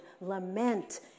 lament